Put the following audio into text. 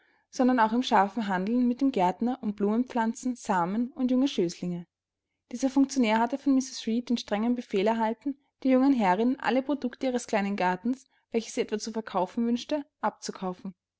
sondern auch in scharfem handeln mit dem gärtner um blumenpflanzen samen und junge schößlinge dieser funktionär hatte von mrs reed den strengen befehl erhalten der jungen herrin alle produkte ihres kleinen gartens welche sie etwa zu verkaufen wünschte abzukaufen